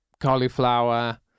cauliflower